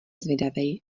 zvědavej